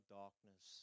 darkness